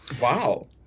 wow